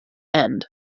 end